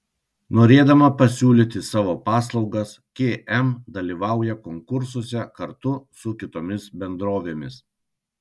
norėdama pasiūlyti savo paslaugas km dalyvauja konkursuose kartu su kitomis bendrovėmis